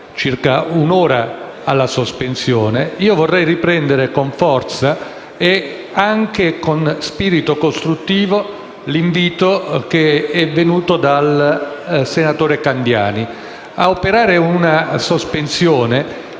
vorrei riprendere con forza e con spirito costruttivo l'invito venuto dal senatore Candiani a operare una sospensione